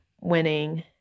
winning